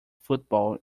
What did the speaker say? football